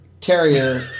Terrier